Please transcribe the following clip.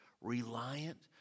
reliant